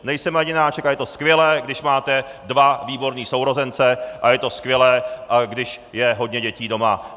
Nejsem jedináček a je to skvělé, když máte dva výborné sourozence, a je to skvělé, když je hodně dětí doma.